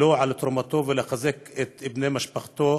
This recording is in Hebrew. לו על תרומתו ולחזק את בני משפחתו